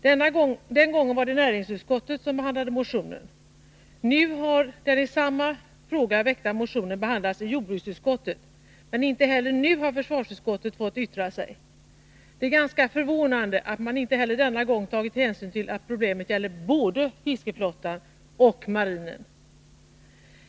Den gången var det näringsutskottet som behandlade motionen. Nu har den i samma fråga väckta motionen behandlats i jordbruksutskottet, men inte heller nu har försvarsutskottet fått yttra sig. Det är ganska förvånande att man inte heller denna gång tagit hänsyn till att problemet gäller både fiskeflottan och marinen.